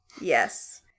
Yes